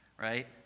right